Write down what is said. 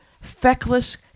feckless